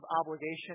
obligation